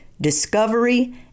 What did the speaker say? discovery